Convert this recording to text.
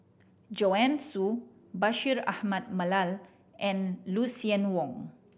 Joanne Soo Bashir Ahmad Mallal and Lucien Wang